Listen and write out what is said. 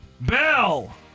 Bell